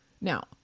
Now